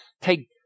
take